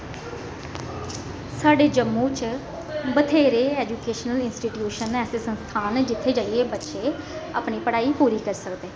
साढ़े जम्मू च बथेरे ऐजुकेशनल इंस्टीट्यूशन न ऐसे सस्थान न जित्थै जाइयै बच्चे अपनी पढाई पुरी करी सकदे न